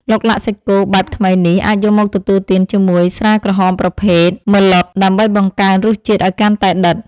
ឡុកឡាក់សាច់គោបែបថ្មីនេះអាចយកមកទទួលទានជាមួយស្រាក្រហមប្រភេទម៉ឺឡុតដើម្បីបង្កើនរសជាតិឱ្យកាន់តែដិត។